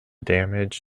damage